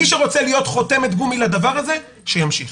מי שרוצה להיות חותמת גומי לדבר הזה שימשיך.